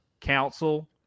council